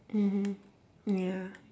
mmhmm ya